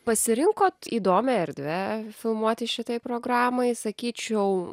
pasirinkot įdomią erdvę filmuoti šitai programai sakyčiau